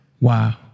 Wow